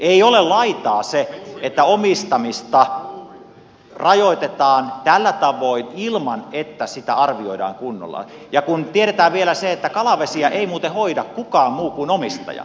ei ole laitaa se että omistamista rajoitetaan tällä tavoin ilman että sitä arvioidaan kunnolla kun tiedetään vielä se että kalavesiä ei muuten hoida kukaan muu kuin omistaja